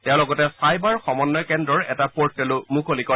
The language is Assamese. তেওঁ লগতে ছাইবাৰ সময়য় কেন্দ্ৰৰ এটা পৰ্টেলো মুকলি কৰে